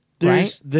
right